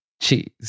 cheese